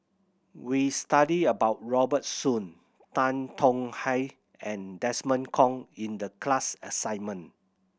we studied about Robert Soon Tan Tong Hye and Desmond Kon in the class assignment